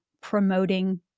promoting